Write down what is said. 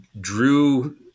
drew